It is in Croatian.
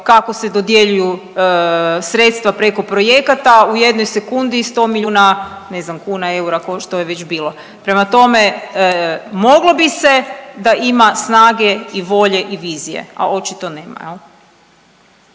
kako se dodjeljuju sredstva preko projekata, u 1 sekundi 100 milijuna ne znam kuna, eura što je već bilo. Prema tome, moglo bi se da ima snage i volje i vizije, a očito nema